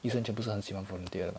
医生全部是很喜欢 volunteer 的